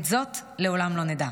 את זאת לעולם לא נדע.